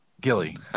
Gilly